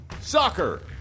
Soccer